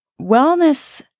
wellness